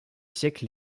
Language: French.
siècles